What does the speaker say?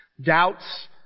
doubts